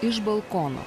iš balkono